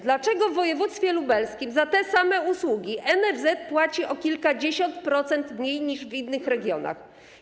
Dlaczego w województwie lubelskim za te same usługi NFZ płaci o kilkadziesiąt procent mniej niż w innych regionach?